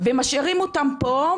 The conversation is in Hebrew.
ומשאירים אותם פה,